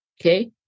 Okay